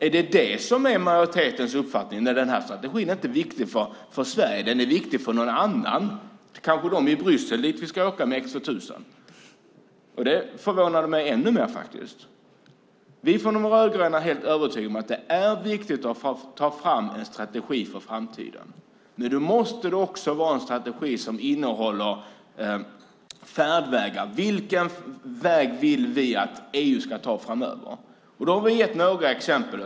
Är det majoritetens uppfattning, att den här strategin inte är viktig för Sverige? Den är viktig för någon annan. Kanske för dem i Bryssel, dit vi ska åka med X 2000. Det förvånade mig faktiskt ännu mer. Vi från de rödgröna är helt övertygade om att det är viktigt att ta fram en strategi för framtiden. Men då måste det också vara en strategi som innehåller färdvägar. Vilken väg vill vi att EU ska ta framöver? Vi har gett några exempel.